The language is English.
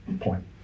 point